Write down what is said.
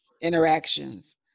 interactions